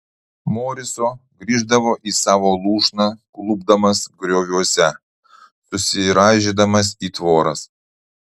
moriso grįždavo į savo lūšną klupdamas grioviuose susiraižydamas į tvoras